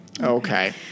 Okay